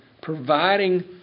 providing